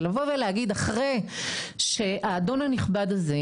ולבוא ולהגיד אחרי שהאדון הנכבד הזה,